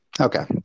Okay